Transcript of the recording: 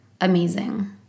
amazing